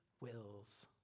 wills